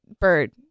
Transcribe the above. bird